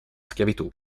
schiavitù